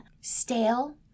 stale